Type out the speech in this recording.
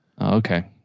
Okay